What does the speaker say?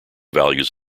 values